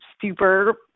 super